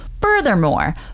Furthermore